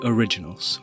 Originals